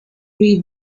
read